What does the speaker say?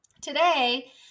today